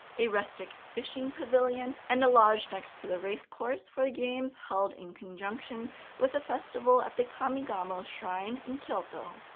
a rustic fishing pavilion, and a lodge next to the racecourse for games held in conjunction with the festival at the kamigamo shrine in kyoto.